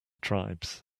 tribes